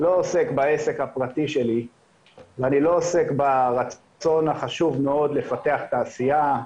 לא עוסק בעסק הפרטי שלי ואני לא עוסק ברצון החשוב מאוד לפתח תעשיה,